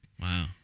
Wow